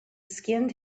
skinned